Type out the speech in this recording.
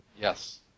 Yes